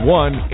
one